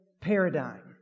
paradigm